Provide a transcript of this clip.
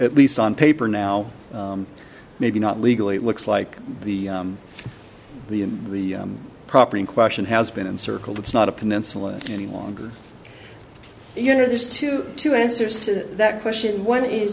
at least on paper now maybe not legally it looks like the the the property question has been circled it's not a peninsula any longer you know there's twenty two answers to that question one is